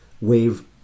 wave